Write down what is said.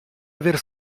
aver